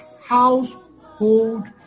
household